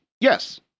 Yes